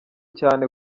cyane